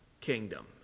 kingdom